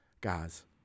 Guys